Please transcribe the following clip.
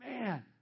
Man